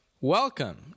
welcome